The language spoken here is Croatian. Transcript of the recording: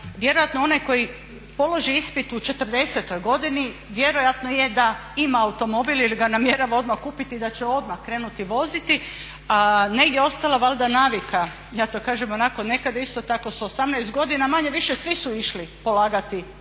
vjerojatno onaj koji položi ispit u 40.godini vjerojatno je da ima automobil ili ga namjerava odmah kupiti da će odmah krenuti voziti negdje ostala valjda navika, ja to kažem nekada isto tako sa 18 godina manje-više svi su išli polagati vozačke